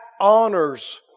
honors